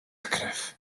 krew